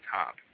top